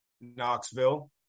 Knoxville